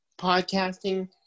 podcasting